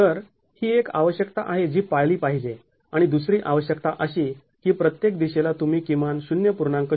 तर ही एक आवश्यकता आहे जी पाळली पाहिजे आणि दुसरी आवश्यकता अशी की प्रत्येक दिशेला तुम्ही किमान ०